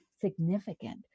significant